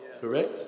correct